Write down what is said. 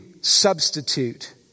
substitute